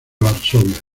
varsovia